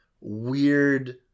weird